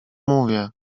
mówię